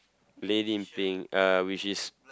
lady in pink uh which is